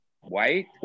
white